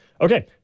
Okay